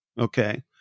okay